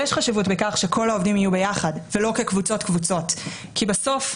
ויש חשיבות לכך שכל העובדים יהיו ביחד ולא כקבוצות-קבוצות כי בסוף,